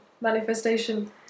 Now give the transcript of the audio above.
manifestation